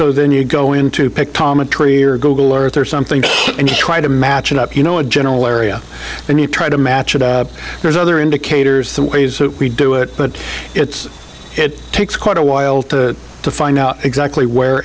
so then you go in to pick tom a tree or google earth or something and you try to match it up you know a general area and you try to match it up there's other indicators the ways that we do it but it's it takes quite a while to find out exactly where